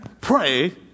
pray